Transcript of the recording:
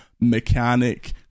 mechanic